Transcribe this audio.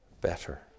better